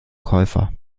käufer